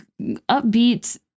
upbeat